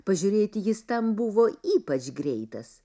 pažiūrėti jis tam buvo ypač greitas